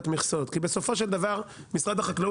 המכסות כי בסופו של דבר משרד החקלאות,